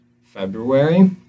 february